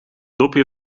dopje